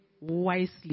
wisely